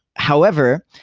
however,